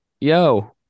Yo